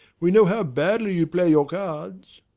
we know how badly you play your cards!